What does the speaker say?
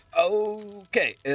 Okay